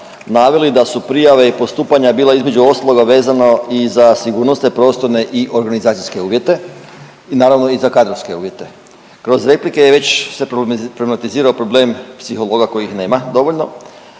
naveli da su prijave i postupanja bila između ostaloga vezano i za sigurnosne, prostorne i organizacije uvjete, naravno i za kadrovske uvjete. Kroz replike se je već problematizirao problem psihologa kojih nema dovoljno,